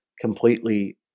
completely